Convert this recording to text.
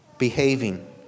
behaving